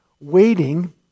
waiting